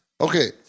Okay